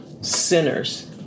sinners